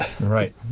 Right